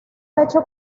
hecho